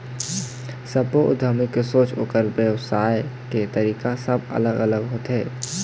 सब्बो उद्यमी के सोच, ओखर बेवसाय के तरीका सब अलग अलग होथे